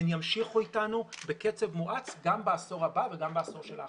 הן ימשיכו אתנו בקצב מואץ גם בעשור הבא וגם בעשור שלאחריו.